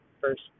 first